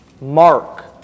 mark